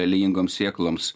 aliejingoms sėkloms